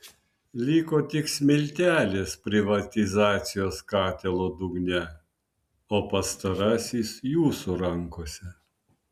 liko tik smiltelės privatizacijos katilo dugne o pastarasis jūsų rankose